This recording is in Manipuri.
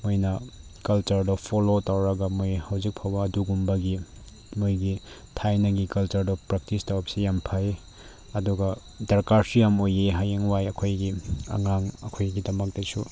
ꯃꯣꯏꯅ ꯀꯜꯆꯔꯗꯣ ꯐꯣꯜꯂꯣ ꯇꯧꯔꯒ ꯃꯣꯏ ꯍꯧꯖꯤꯛꯐꯥꯎꯕ ꯑꯗꯨꯒꯨꯝꯕꯒꯤ ꯃꯣꯏꯒꯤ ꯊꯥꯏꯅꯒꯤ ꯀꯜꯆꯔꯗꯣ ꯄ꯭ꯔꯦꯛꯇꯤꯁ ꯇꯧꯕꯁꯤ ꯌꯥꯝ ꯐꯩ ꯑꯗꯨꯒ ꯗꯔꯀꯥꯔꯁꯨ ꯌꯥꯝ ꯑꯣꯏꯌꯦ ꯍꯌꯦꯡꯋꯥꯏ ꯑꯩꯈꯣꯏꯒꯤ ꯑꯉꯥꯡ ꯑꯩꯈꯣꯏꯒꯤꯗꯃꯛꯇꯁꯨ